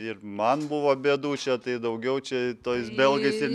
ir man buvo bėdų čia tai daugiau čia tais belgais ir